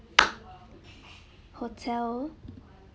hotel